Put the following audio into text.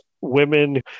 women